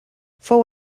fou